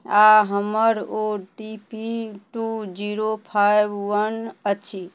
आओर हमर O T P two zero five one अछि